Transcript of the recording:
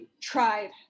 tried